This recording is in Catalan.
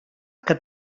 que